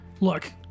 Look